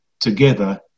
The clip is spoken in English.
together